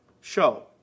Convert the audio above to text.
show